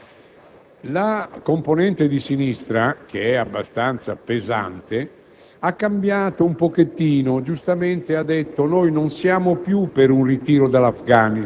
e la componente di sinistra più moderata o centrale della ex Margherita. Questa frattura fa sì